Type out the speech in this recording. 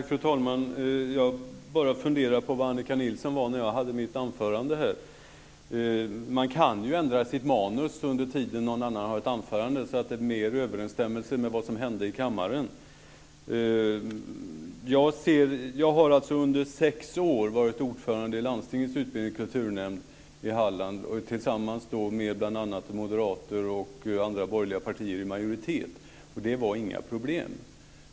Fru talman! Jag bara funderar på var Annika Nilsson var när jag höll mitt anförande. Man kan ju ändra sitt manus under den tid någon annan håller sitt anförande så att det mer är i överensstämmelse med vad som händer i kammaren. Jag har under sex år varit ordförande i landstingets utbildnings och kulturnämnd i Halland tillsammans med bl.a. Moderaterna och andra borgerliga partierna i majoritet. Det var inga problem.